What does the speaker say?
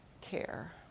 care